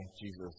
Jesus